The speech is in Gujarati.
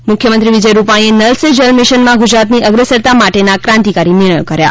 ત મુખ્યમંત્રી વિજય રૂપાણીએ નલ સે જલ મિશનમાં ગુજરાતની અગ્રસરતા માટેના કાંતિકારી નિર્ણયો કર્યા